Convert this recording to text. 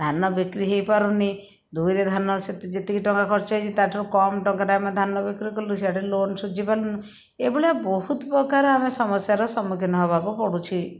ଧାନ ବିକ୍ରି ହେଇପାରୁନି ଦୁଇରେ ଧାନ ସେତିକି ଯେତିକି ଟଙ୍କା ଖର୍ଚ୍ଚ ହେଇଛି ତା'ଠାରୁ କମ୍ ଟଙ୍କାରେ ଆମେ ଧାନ ବିକ୍ରି କଲୁ ସିଆଡ଼େ ଲୋନ ଶୁଝି ପାରିଲୁନି ଏଭଳିଆ ବହୁତ ପ୍ରକାର ଆମେ ସମସ୍ୟାର ସମ୍ମୁଖୀନ ହେବାକୁ ପଡ଼ୁଛି